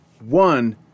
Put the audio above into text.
One